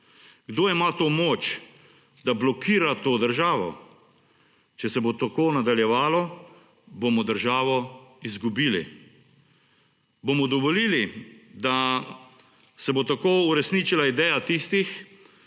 Kdo ima to moč, da blokira to državo? Če se bo tako nadaljevalo, bomo državo izgubili. Bomo dovolili, da se bo tako uresničila ideja tistih,